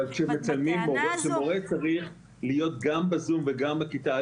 אבל כאשר מורה צריך להיות גם ב-זום וגם בכיתה,